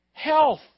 Health